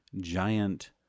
giant